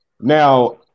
Now